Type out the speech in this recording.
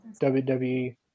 WWE